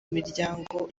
miryango